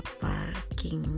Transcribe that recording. parking